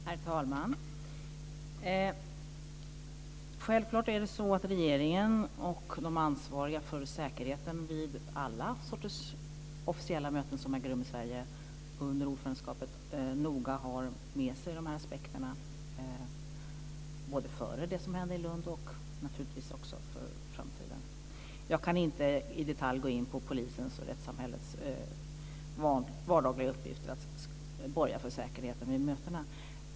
Herr talman! Självklart har regeringen och de som är ansvariga för säkerheten vid alla sorters officiella möten som äger rum i Sverige under ordförandeskapet med sig dessa aspekter. Det var så före det som hände i Lund, och det gäller naturligtvis också för framtiden. Jag kan inte i detalj gå in på polisens och rättssamhällets vardagliga uppgifter när det gäller att borga för säkerheten vid mötena.